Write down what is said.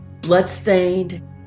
blood-stained